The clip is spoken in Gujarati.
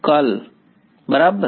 કર્લ બરાબર